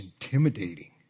intimidating